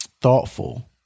thoughtful